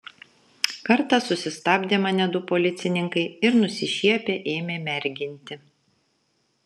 kartą susistabdė mane du policininkai ir nusišiepę ėmė merginti